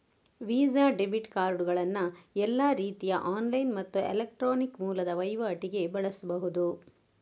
visa debit ಕಾರ್ಡುಗಳನ್ನ ಎಲ್ಲಾ ರೀತಿಯ ಆನ್ಲೈನ್ ಮತ್ತು ಎಲೆಕ್ಟ್ರಾನಿಕ್ ಮೂಲದ ವೈವಾಟಿಗೆ ಬಳಸ್ಬಹುದು